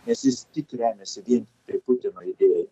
nes jis tik remiasi vien tiktai putino idėja